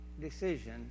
decision